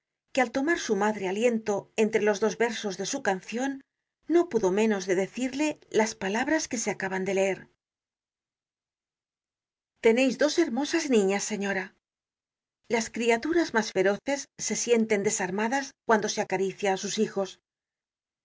que al tomar su madre aliento entre los dos versos de su cancion no pudo menos de decirle las palabras que se acaban de leer teneis dos hermosas niñas señora las criaturas mas feroces se sienten desarmadas cuando se acaricia á sus hijos